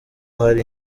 hari